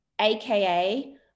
AKA